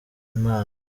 imana